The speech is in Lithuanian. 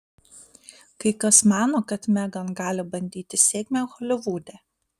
kai kas mano kad megan gali bandyti sėkmę holivude